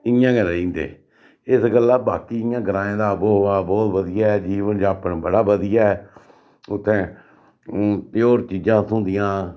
इयां गै रेही जंदे इस गल्ला बाकी इयां ग्राएं दा आबो हवा बौह्त बधिया ऐ जीवन यापन बड़ा बधिया ऐ उत्थें प्योर चीजां थ्होंदियां